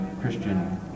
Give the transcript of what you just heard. Christian